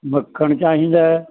ਮੱਖਣ ਚਾਹੀਦਾ